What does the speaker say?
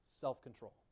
self-control